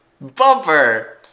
Bumper